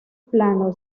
plano